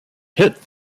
hit